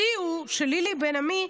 השיא הוא שלילי בן עמי,